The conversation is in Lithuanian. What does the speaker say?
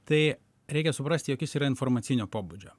tai reikia suprasti jog jis yra informacinio pobūdžio